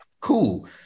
Cool